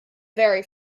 very